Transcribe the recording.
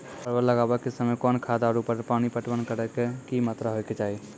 परवल लगाबै के समय कौन खाद आरु पानी पटवन करै के कि मात्रा होय केचाही?